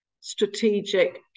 strategic